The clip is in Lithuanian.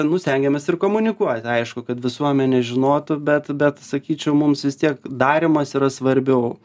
nu stengiamės ir komunikuoti aišku kad visuomenė žinotų bet bet sakyčiau mums vis tiek darymas yra svarbiau